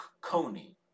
Coney